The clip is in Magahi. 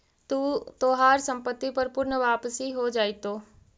तू तोहार संपत्ति पर पूर्ण वापसी हो जाएतो